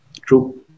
True